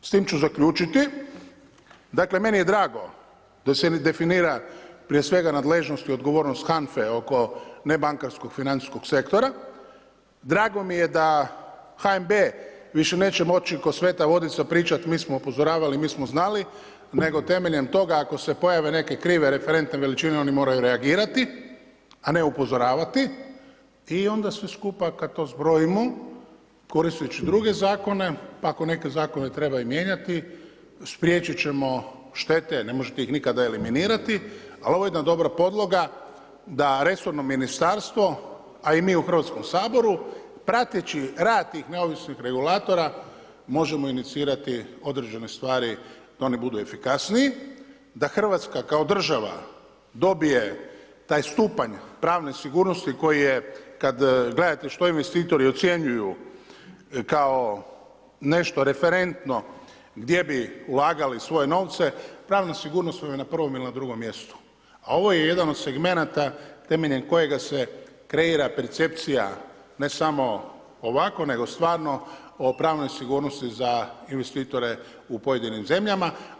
I s tim ću zaključiti, dakle meni je drago da se definira prije svega nadležnost i odgovornost HANFA-e oko ne bankarskog financijskog sektora, drago mi je da HNB više neće moći ko sveta vodica pričat mi smo upozoravali, mi smo znali nego temeljem toga ako se pojave neke krive referentne veličine oni moraju reagirati, a ne upozoravati i onda sve skupa kada to zbrojimo koristeći druge zakone pa ako neke zakone treba i mijenjati spriječit ćemo štete, ne možete ih nikad eliminirati, ali ovo je jedna dobra podloga da resorno ministarstvo, a i mi u Hrvatskom saboru prateći rad tih neovisnih regulatora možemo inicirati određene stvari da oni budu efikasniji, da Hrvatska kao država dobije taj stupanj pravne sigurnosti koji je kada gledate što investitori ocjenjuju kao nešto referentno gdje bi ulagali svoje novce, pravna sigurnost vam je na prvom ili na drugom mjestu, a ovo je jedan od segmenata temeljem kojega se kreira percepcija ne samo ovako nego stvarno o pravnoj sigurnosti za investitore u pojedinim zemljama.